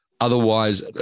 Otherwise